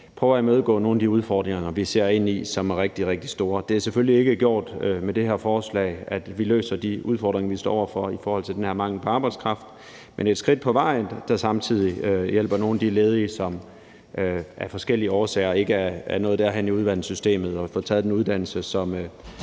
også kan imødegå nogle af de udfordringer, vi ser ind i, og som er rigtig, rigtig store. Det er selvfølgelig ikke gjort med det her forslag; vi løser ikke de udfordringer, vi står over for i forhold til den her mangel på arbejdskraft, men det er et skridt på vejen, der samtidig hjælper nogle af de ledige, som af forskellige årsager ikke er nået derhen i uddannelsessystemet og har fået taget den uddannelse, som